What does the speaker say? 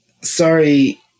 sorry